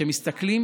כשמסתכלים,